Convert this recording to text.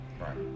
Right